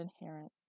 inherent